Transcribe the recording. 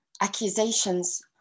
accusations